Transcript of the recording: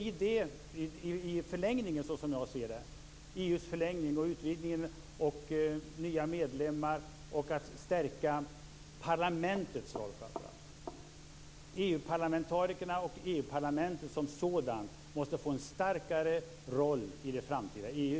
I förlängningen gäller det nya medlemmar och att framför allt stärka parlamentets roll. EU parlamentarikerna och EU-parlamentet som sådant måste få en starkare roll i det framtida EU.